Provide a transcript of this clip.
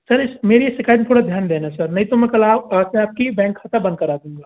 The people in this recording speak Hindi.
सर मेरी शिकायत पर थोड़ा ध्यान देना सर नहीं तो मैं कल आप आपकी बैंक खाता बंद करा दूँगा